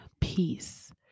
peace